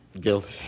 guilty